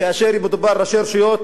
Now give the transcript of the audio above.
כאשר מדובר בראשי רשויות,